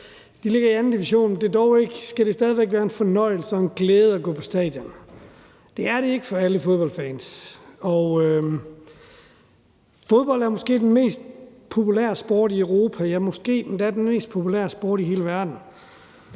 De ligger i anden division, men det skal stadig væk være en fornøjelse og en glæde at gå på stadion. Det er det ikke for alle fodboldfans. Fodbold er måske den mest populære sport i Europa, ja, måske endda den mest populære sport i hele verden,